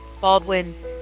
Baldwin